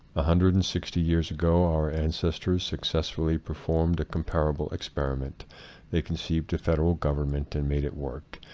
a hundred and sixty years ago our ancestors successfully performed a comparable experiment they con ceived a federal government and made it work,